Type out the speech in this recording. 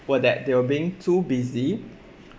were that they were being too busy